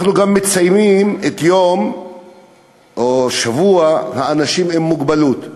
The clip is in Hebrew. אנחנו גם מציינים את שבוע האנשים עם מוגבלויות.